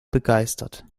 begeistert